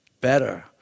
better